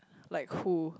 like who